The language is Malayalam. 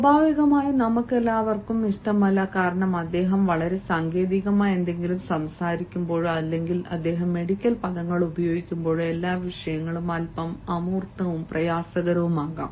സ്വാഭാവികമായും നമുക്കെല്ലാവർക്കും ഇഷ്ടമല്ല കാരണം അദ്ദേഹം വളരെ സാങ്കേതികമായ എന്തെങ്കിലും സംസാരിക്കുമ്പോഴോ അല്ലെങ്കിൽ അദ്ദേഹം മെഡിക്കൽ പദങ്ങൾ ഉപയോഗിക്കുമ്പോഴോ എല്ലാ വിഷയങ്ങളും അൽപ്പം അമൂർത്തവും പ്രയാസകരവുമാകാം